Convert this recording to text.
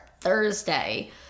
Thursday